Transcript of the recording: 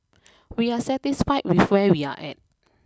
we are satisfied with where we are at